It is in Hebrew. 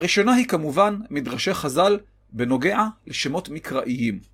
ראשונה היא כמובן מדרשי חז"ל בנוגע לשמות מקראיים.